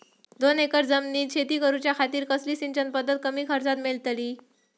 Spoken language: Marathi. दोन एकर जमिनीत शेती करूच्या खातीर कसली सिंचन पध्दत कमी खर्चात मेलतली?